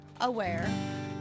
Aware